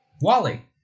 Wally